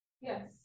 Yes